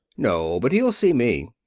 no but he'll see me.